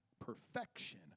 perfection